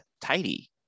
tidy